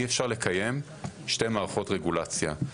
אי אפשר לקיים שתי מערכות רגולציה.